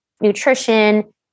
nutrition